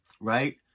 right